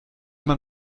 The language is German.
man